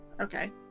Okay